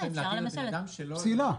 פסילה?